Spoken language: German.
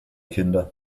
kinder